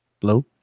Hello